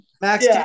Max